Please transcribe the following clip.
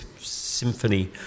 symphony